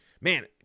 Man